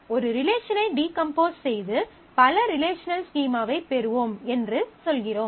நாம் ஒரு ரிலேஷனை டீகம்போஸ் செய்து பல ரிலேஷனல் ஸ்கீமாவை பெறுவோம் என்று சொல்கிறோம்